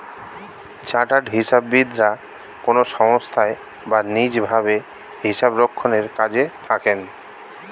chartered হিসাববিদরা কোনো সংস্থায় বা নিজ ভাবে হিসাবরক্ষণের কাজে থাকেন